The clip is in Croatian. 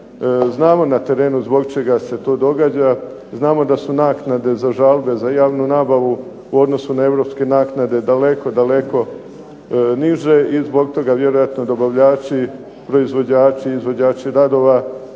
Znamo na terenu zbog čega se to događa, znamo da su naknade za žabe, za javnu nabavu u odnosu na europske naknade daleko niže i zbog toga vjerojatno dobavljači, proizvođači i dobavljači radova